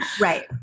Right